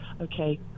Okay